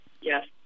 Yes